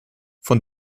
von